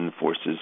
forces